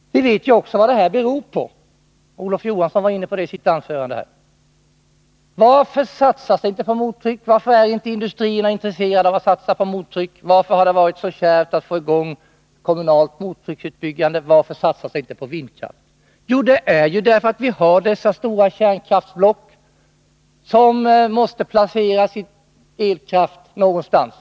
Vi vet också vad det beror på, och Olof Johansson var inne på det i sitt anförande. Varför satsas det inte på mottryck? Varför är inte industrierna intresserade av att satsa på mottryck? Varför har det varit så kärvt att få i gång kommunal utbyggnad av mottryckskraften? Varför satsas det inte på vindkraft? — Jo, därför att vi har de stora kärnkraftsblocken, som måste placera sin elkraft någonstans.